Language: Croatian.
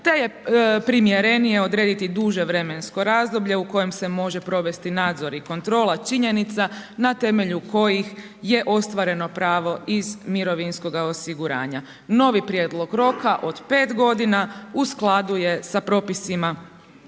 te je primjerenije odrediti duže vremensko razdoblje, u kojem se može provesti nadzori i kontrola, činjenica, na temelju kojih je ostvareno pravo iz mirovinskoga osiguranja. Novi prijedlog roka od 5 g. u skladu je sa propisima